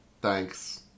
Thanks